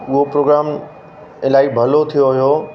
उहो प्रोग्राम इलाही भलो थियो हुयो